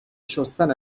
شستن